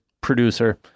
producer